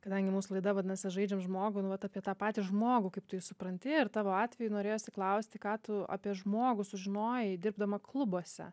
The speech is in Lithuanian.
kadangi mūsų laida vadinasi žaidžiam žmogų nu vat apie tą patį žmogų kaip tu jį supranti ir tavo atveju norėjosi klausti ką tu apie žmogų sužinojai dirbdama klubuose